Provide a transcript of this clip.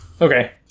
Okay